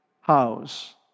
house